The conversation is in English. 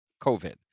COVID